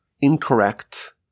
incorrect